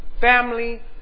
family